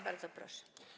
Bardzo proszę.